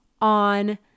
on